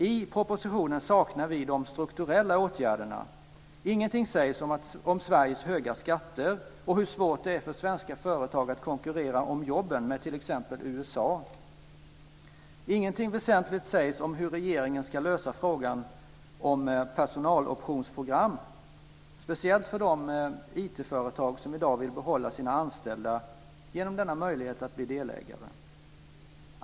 I propositionen saknar vi de strukturella åtgärderna: Ingenting sägs om Sveriges höga skatter och hur svårt det är för svenska företag att konkurrera om jobben med t.ex. USA. Ingenting väsentligt sägs om hur regeringen ska lösa frågan om personaloptionsprogram, speciellt för de IT-företag som i dag vill behålla sina anställda genom denna möjlighet att bli delägare.